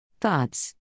Thoughts